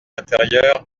intérieur